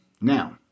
Now